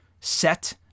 set